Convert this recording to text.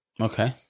Okay